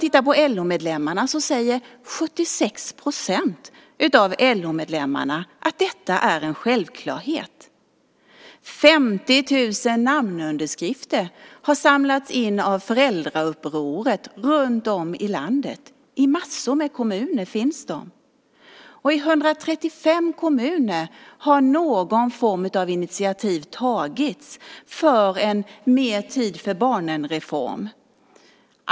Bland LO-medlemmarna säger 76 % att detta är en självklarhet. 50 000 namnunderskrifter har samlats in av Föräldraupproret runtom i landet. De finns i massor av kommuner. I 135 kommuner har någon form av initiativ tagits för en mer-tid-för-barnen-reform.